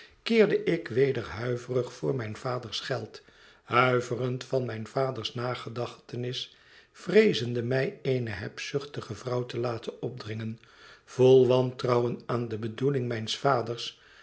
keerde ik weder huiverig voor mijn vaders geld huiverend van mijn vaders nagedachtenis vreezende mij eene hebzuchtige vrouw te laten opdringen vol wantrouwen aan de bedoeling mijns vaders